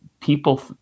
people